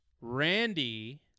Randy